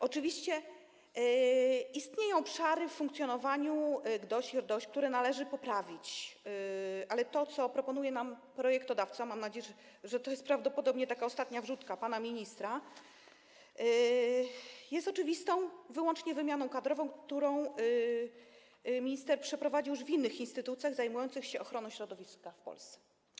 Oczywiście istnieją obszary w funkcjonowaniu GDOŚ i RDOŚ, które należy poprawić, ale to, co proponuje nam projektodawca, mam nadzieję, to jest prawdopodobnie ostatnia taka wrzutka pana ministra, oczywiście jest wyłącznie wymianą kadrową, którą minister przeprowadził już w innych instytucjach zajmujących się ochroną środowiska w Polsce.